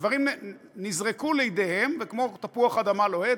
הדברים נזרקו לידיהם, וכמו תפוח אדמה לוהט,